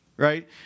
right